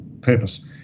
purpose